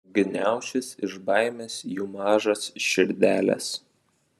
gniaušis iš baimės jų mažos širdelės